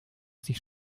sich